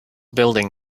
building